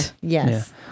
Yes